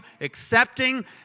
accepting